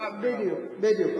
בדיוק.